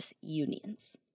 unions